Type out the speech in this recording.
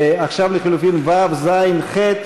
עכשיו לחלופין ו', ז', ח'.